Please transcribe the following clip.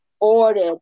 ordered